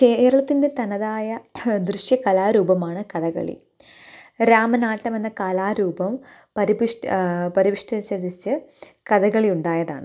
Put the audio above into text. കേരളത്തിന്റെ തനതായ ദൃശ്യ കലാരൂപമാണ് കഥകളി രാമനാട്ടമെന്ന കലാരൂപം പരിപുഷ്ടി പരിപുഷ്ടിപ്പിച്ച് കഥകളി ഉണ്ടായതാണ്